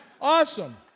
Awesome